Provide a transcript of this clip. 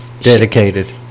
Dedicated